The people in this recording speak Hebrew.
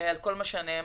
על כל מה שנאמר,